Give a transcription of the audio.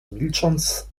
milcząc